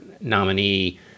nominee